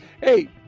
Hey